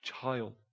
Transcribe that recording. child